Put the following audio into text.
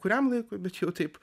kuriam laikui bet jau taip